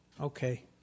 Okay